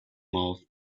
mouth